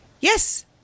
Yes